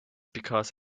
because